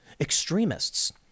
extremists